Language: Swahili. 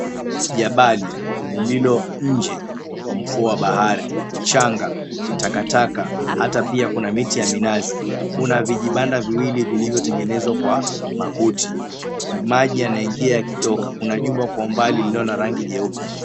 Jabali lililo nje ya ufuo wa bahari, mchanga, takataka, hata pia kuna miti ya minazi. Kuna vijibanda viwili vilivyotengenezwa kwa makuti. Maji yanaingia yakitoka. Kuna jumba kwa umbali lililo na rangi jeupe.